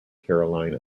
carolina